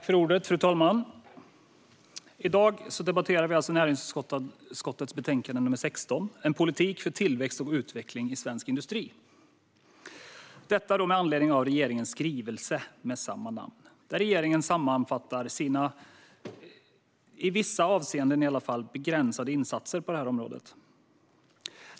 Fru talman! I dag debatterar vi alltså näringsutskottets betänkande 16, En politik för tillväxt och utveckling i svensk industri , detta med anledning av regeringens skrivelse med samma namn där regeringen sammanfattar sina i vissa avseenden begränsade insatser på det här området.